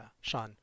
Sean